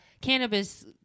cannabis